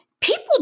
People